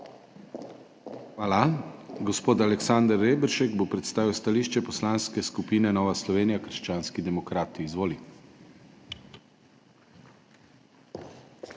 Hvala. Gospod Jožef Horvat bo predstavil stališče Poslanske skupine Nova Slovenija – krščanski demokrati. Izvoli.